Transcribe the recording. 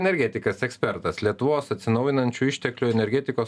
energetikas ekspertas lietuvos atsinaujinančių išteklių energetikos